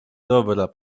dobra